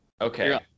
okay